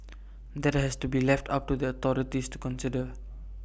that has to be left up to the authorities to consider